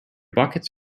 buckets